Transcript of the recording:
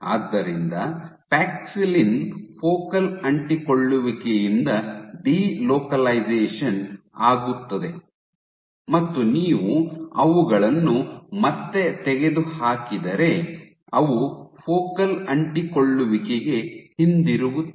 ಆದ್ದರಿಂದ paxillin focal ಅಂಟಿಕೊಳ್ಳುವಿಕೆಯಿಂದ delocalisation ಆಗುತ್ತದೆ ಮತ್ತು ನೀವು ಅವುಗಳನ್ನು ಮತ್ತೆ ತೆಗೆದುಹಾಕಿದರೆ ಅವು ಫೋಕಲ್ ಅಂಟಿಕೊಳ್ಳುವಿಕೆಗೆ ಹಿಂತಿರುಗುತ್ತವೆ